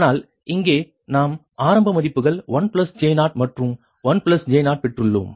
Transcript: ஆனால் இங்கே நாம் ஆரம்ப மதிப்புகள் 1 j 0 மற்றும் 1 j 0 பெற்றுள்ளோம்